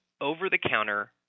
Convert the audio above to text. over-the-counter